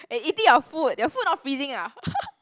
and eating your food your food not freezing ah